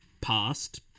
past